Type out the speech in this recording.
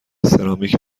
سرامیک